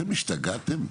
אתם השתגעתם?